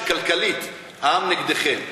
שכלכלית העם נגדכם,